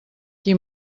qui